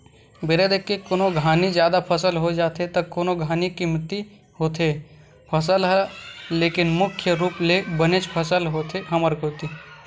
बेरा देख के कोनो घानी जादा फसल हो जाथे त कोनो घानी कमती होथे फसल ह लेकिन मुख्य रुप ले बनेच फसल होथे हमर कोती